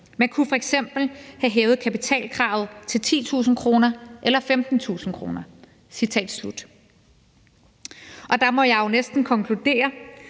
Man kunne f.eks. have hævet kapitalkravet til 10.000 kr. eller 15.000 kr.« Der må jeg jo næsten konkludere,